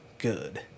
good